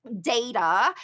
data